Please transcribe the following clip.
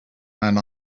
and